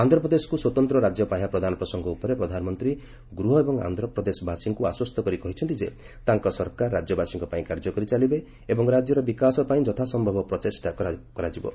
ଆନ୍ଧ୍ର ପ୍ରଦେଶ ସ୍ୱତନ୍ତ ରାଜ୍ୟ ପାହ୍ୟା ପ୍ରଦାନ ପ୍ରସଙ୍ଗ ଉପରେ ପ୍ରଧାନମନ୍ତ୍ରୀ ଗୃହ ଏବଂ ଆନ୍ଧ୍ରପ୍ରଦେଶବାସୀଙ୍କୁ ଆଶ୍ୱସ୍ତ କରି କହିଛନ୍ତି ଯେ ତାଙ୍କ ସରକାର ରାଜ୍ୟବାସୀଙ୍କ ପାଇଁ କାର୍ଯ୍ୟ କରିଚାଲିବେ ଏବଂ ରାଜ୍ୟର ବିକାଶ ପାଇଁ ଯଥାସ୍ୟବ ପ୍ରଚେଷ୍ଟା ଜାରି ରଖିବେ